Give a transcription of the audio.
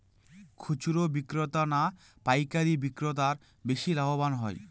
খুচরো বিক্রেতা না পাইকারী বিক্রেতারা বেশি লাভবান হয়?